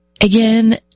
Again